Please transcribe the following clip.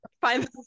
find